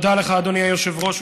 תודה לך, אדוני היושב-ראש.